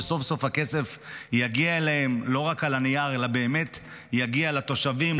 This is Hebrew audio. שסוף-סוף הכסף יגיע אליהם לא רק על הנייר אלא באמת יגיע לתושבים,